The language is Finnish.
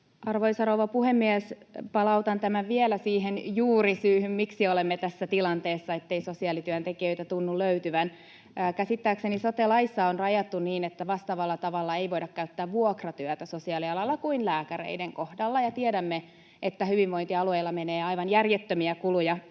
Arvoisa rouva puhemies! Palautan tämän vielä siihen juurisyyhyn, miksi olemme tässä tilanteessa, ettei sosiaalityöntekijöitä tunnu löytyvän. Käsittääkseni sote-laissa on rajattu niin, että vastaavalla tavalla ei voida käyttää vuokratyötä sosiaalialalla kuin lääkäreiden kohdalla. Tiedämme, että hyvinvointialueilla menee aivan järjettömiä kuluja